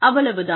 அவ்வளவு தான்